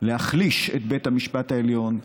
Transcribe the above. להחליש את בית המשפט העליון,